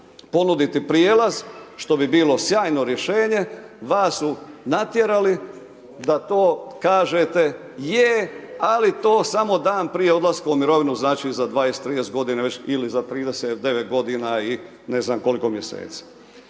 ponuditi prijelaz, što bi bilo sjajno rješenje, vas su natjerali da to kažete je, ali to samo dan prije odlaska u mirovinu, znači za 20, 30 godina ili za 39 godina i ne znam koliko mjeseci.